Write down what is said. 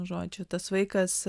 žodžiu tas vaikas